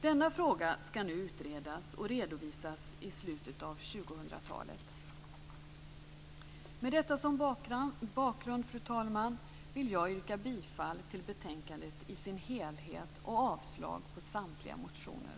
Denna fråga skall nu utredas och redovisas i slutet av år 2000. Med detta som bakgrund, fru talman, vill jag yrka bifall till betänkandet i dess helhet och avslag på samtliga motioner.